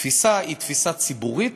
התפיסה היא תפיסה ציבורית,